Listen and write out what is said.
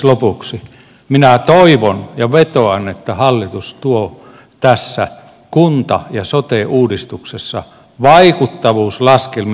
lopuksi minä toivon ja vetoan että hallitus tuo tässä kunta ja sote uudistuksessa vaikuttavuuslaskelmia